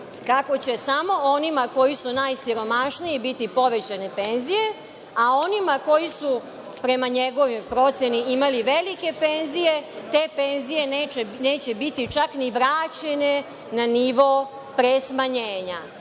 kako će samo onima koji su najsiromašniji biti povećane penzije, a onima koji su, prema njegovoj proceni, imali velike penzije, te penzije neće biti čak ni vraćene na nivo pre smanjenja. Naravno,